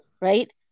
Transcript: right